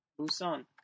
busan